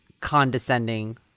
condescending